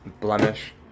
Blemish